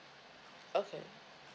okay